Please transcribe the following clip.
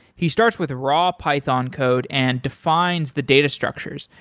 he starts with raw python code and defines the data structures,